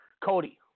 Cody